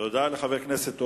תודה לחבר הכנסת אורון.